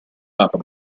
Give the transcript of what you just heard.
papa